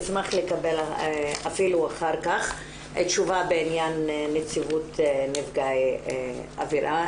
אשמח לקבל אפילו אחר כך תשובה בעניין נציבות נפגעי עבירה,